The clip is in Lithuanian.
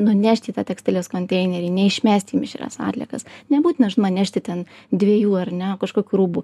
nunešti į tą tekstilės konteinerį neišmesti į mišrias atliekas nebūtina nešti ten dviejų ar ne kažkokių rūbų